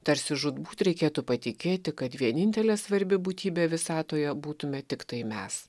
tarsi žūtbūt reikėtų patikėti kad vienintelė svarbi būtybė visatoje būtume tiktai mes